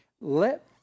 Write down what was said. let